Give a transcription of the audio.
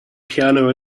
piano